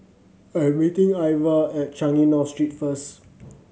I am meeting Iva at Changi North Street first